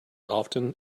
often